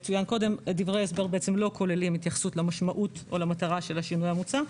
דברי ההסבר לא כוללים התייחסות למשמעות או למטרה של השינוי המוצע,